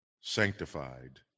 sanctified